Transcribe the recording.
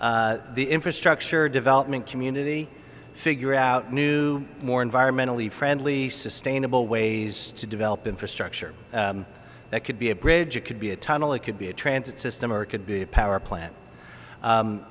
help the infrastructure development community figure out new more environmentally friendly sustainable ways to develop infrastructure that could be a bridge it could be a tunnel it could be a transit system or it could be a power plant